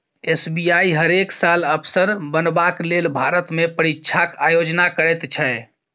SBI हरेक साल अफसर बनबाक लेल भारतमे परीक्षाक आयोजन करैत छै